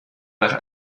nach